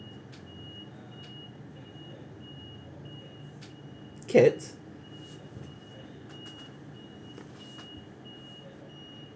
cats